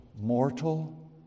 mortal